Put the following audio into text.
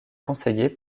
conseillers